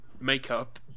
makeup